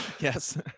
yes